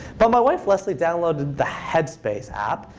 but my wife leslie downloaded the headspace app,